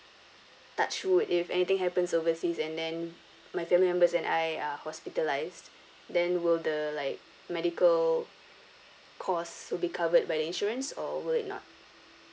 touch wood if anything happens overseas and then my family members and I are hospitalised then will the like medical cost will be covered by the insurance or will it not